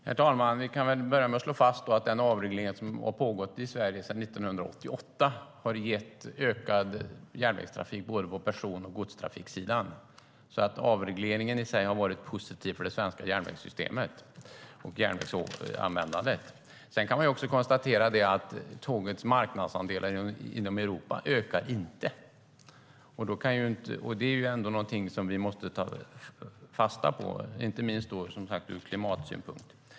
Herr talman! Vi kan väl börja med att slå fast att den avreglering som har pågått i Sverige sedan 1988 har gett ökad järnvägstrafik på både person och godstrafiksidan, så avregleringen i sig har varit positiv för det svenska järnvägssystemet och järnvägsanvändandet. Sedan kan vi konstatera att tågets marknadsandelar inom Europa inte ökar. Det är ändå något som vi måste ta fasta på, inte minst ur klimatsynpunkt.